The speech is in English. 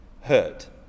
Hurt